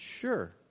Sure